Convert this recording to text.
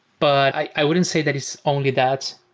but i wouldn't say that is only that.